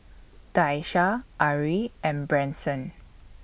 Daisha Arie and Branson